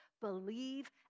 believe